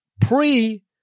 pre